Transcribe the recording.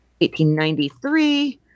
1893